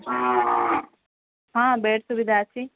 ହଁ ବେଡ଼୍ ସୁବିଧା ଅଛି